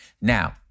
Now